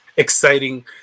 Exciting